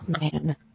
man